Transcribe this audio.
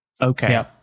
Okay